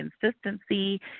consistency